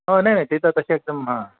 नाही नाही ते तर तसे एकदम हां